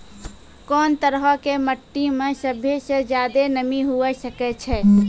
कोन तरहो के मट्टी मे सभ्भे से ज्यादे नमी हुये सकै छै?